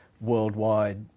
worldwide